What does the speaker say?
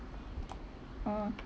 ah